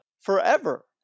forever